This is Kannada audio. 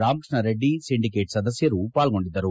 ರಾಮಕೃಷ್ಣರೆಡ್ಡಿ ಸಿಂಡಿಕೇಟ್ ಸದಸ್ಕರು ಪಾಲ್ಗೊಂಡಿದ್ದರು